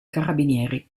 carabinieri